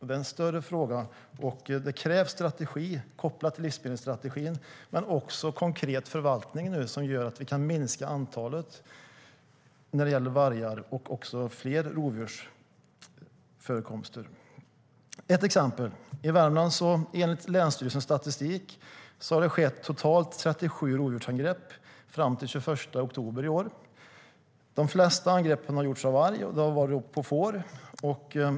Det är en större fråga, och det krävs en strategi kopplad till livsmedelsstrategin men också en konkret förvaltning som gör att vi kan minska antalet vargar och andra rovdjur. Jag ska ta ett exempel. Enligt länsstyrelsens statistik har det i Värmland skett totalt 37 rovdjursangrepp fram till den 21 oktober i år. De flesta angrepp har gjorts av varg på får.